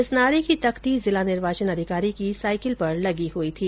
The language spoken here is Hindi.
इस नारे की तख्ती जिला निर्वाचन अधिकारी की साइकिल पर लगी हुई थी